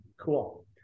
Cool